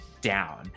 down